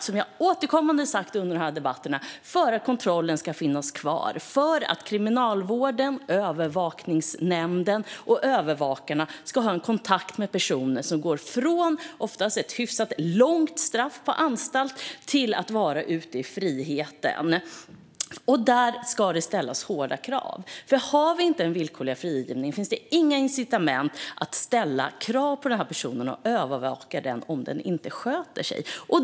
Som jag återkommande har sagt under debatten handlar det om att kontrollen ska finnas kvar och att kriminalvården, övervakningsnämnderna och övervakarna ska ha kontakt med personer som går från ett längre straff på anstalt ut i frihet. Här ska det ställas hårda krav. Utan den villkorliga frigivningen finns det inget incitament att ställa krav på en person och övervaka den om den inte sköter sig.